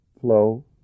flow